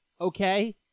okay